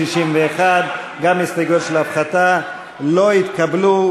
61. גם ההסתייגויות של הפחתה לא התקבלו.